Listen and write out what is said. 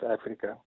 Africa